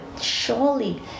surely